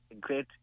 great